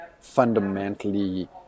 fundamentally